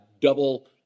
double